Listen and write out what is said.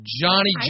Johnny